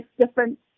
different